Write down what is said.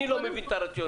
אני לא מבין את הרציונל.